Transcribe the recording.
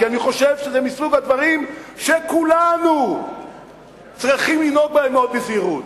כי אני חושב שזה מסוג הדברים שכולנו צריכים לנהוג בהם בזהירות.